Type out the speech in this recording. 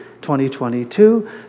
2022